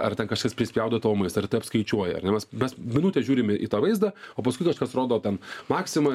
ar ten kažkas prispjaudo tavo maistą ar teapskaičiuoja ar ne mes mes minutę žiūrim į tą vaizdą o paskui kažkas rodo ten maxima